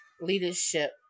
leadership